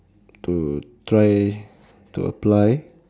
to try to apply